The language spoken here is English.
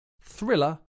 Thriller